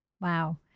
Wow